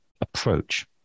approach